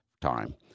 time